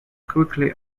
quickly